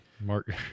mark